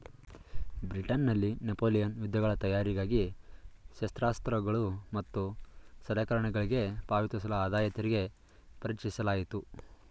ಬ್ರಿಟನ್ನಲ್ಲಿ ನೆಪೋಲಿಯನ್ ಯುದ್ಧಗಳ ತಯಾರಿಗಾಗಿ ಶಸ್ತ್ರಾಸ್ತ್ರಗಳು ಮತ್ತು ಸಲಕರಣೆಗಳ್ಗೆ ಪಾವತಿಸಲು ಆದಾಯತೆರಿಗೆ ಪರಿಚಯಿಸಲಾಯಿತು